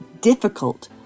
difficult